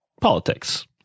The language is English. politics